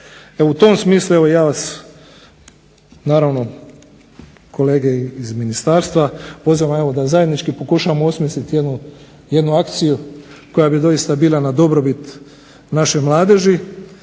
u tom smislu ja vas naravno kolege iz ministarstva pozivam da zajednički pokušamo osmisliti jednu akciju koja bi doista bila na dobrobit naše mladeži,